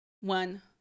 one